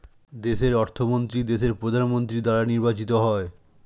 দেশের অর্থমন্ত্রী দেশের প্রধানমন্ত্রী দ্বারা নির্বাচিত হয়